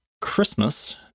Christmas